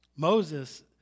Moses